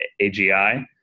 AGI